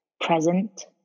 present